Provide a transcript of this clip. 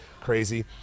crazy